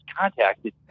contacted